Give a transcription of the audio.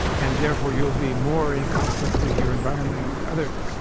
and therefore, you'll be more in conflict with your environment and with others.